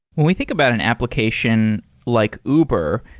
when we think about an application like uber,